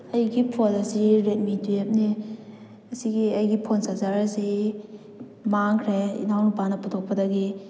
ꯑꯩꯒꯤ ꯐꯣꯜ ꯑꯁꯤ Redmi ꯇꯨꯋꯦꯐꯅꯦ ꯑꯁꯤꯒꯤ ꯑꯩꯒꯤ ꯐꯣꯟ ꯆꯥꯖꯥꯔ ꯑꯁꯤ ꯃꯥꯡꯈ꯭ꯔꯦ ꯏꯅꯥꯎꯅꯨꯄꯥꯅ ꯄꯨꯊꯣꯛꯄꯗꯒꯤ